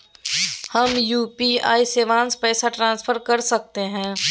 हम यू.पी.आई शिवांश पैसा ट्रांसफर कर सकते हैं?